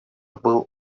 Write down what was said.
был